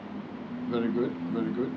very good very good